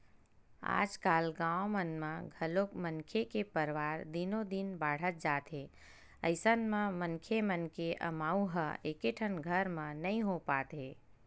आजकाल गाँव मन म घलोक मनखे के परवार दिनो दिन बाड़हत जात हे अइसन म मनखे मन के अमाउ ह एकेठन घर म नइ हो पात हे